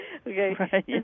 okay